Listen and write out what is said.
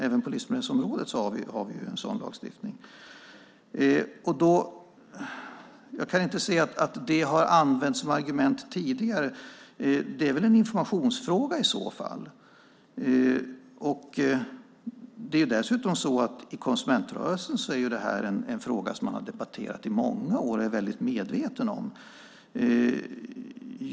Även på livsmedelsområdet har vi en sådan lagstiftning. Jag kan inte se att det har använts som argument tidigare. Det är väl i så fall en informationsfråga? I konsumentrörelsen är detta dessutom en fråga som man har debatterat under många år och är väldigt medveten om.